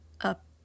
up